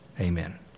Amen